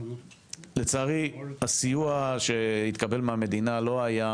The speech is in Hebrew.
לצערי, הסיוע שהתקבל מהמדינה לא היה